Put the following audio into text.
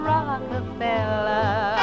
Rockefeller